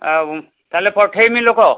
ଆଉ ତାହେଲେ ପଠେଇମି ଲୋକ